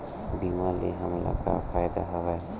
बीमा ले हमला का फ़ायदा हवय?